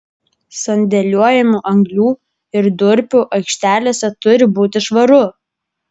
sandėliuojamų anglių ir durpių aikštelėse turi būti švaru